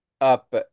up